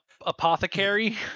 Apothecary